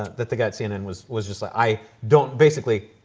that the guy at cnn was, was just like, i don't basically,